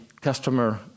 customer